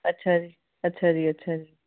ਅੱਛਾ ਜੀ ਅੱਛਾ ਜੀ ਅੱਛਾ ਜੀ